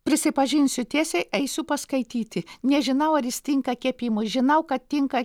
prisipažinsiu tiesiai eisiu paskaityti nežinau ar jis tinka kepimui žinau kad tinka